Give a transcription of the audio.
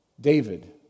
David